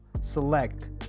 select